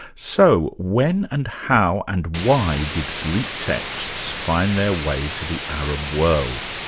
so when and how and why did greek texts find their way to the arab world?